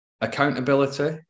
accountability